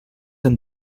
amb